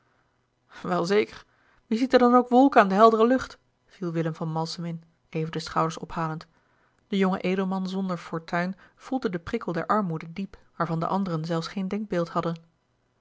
wel zeker wie ziet er dan ook wolken aan de heldere lucht viel willem van malsem in even de schouders ophalend de jonge edelman zonder fortuin voelde den prikkel der armoede diep waarvan de anderen zelfs geen denkbeeld hadden